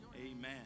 Amen